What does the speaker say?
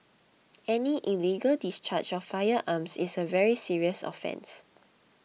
any illegal discharge of firearms is a very serious offence